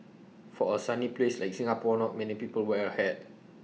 for A sunny place like Singapore not many people wear A hat